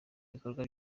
ibikorwa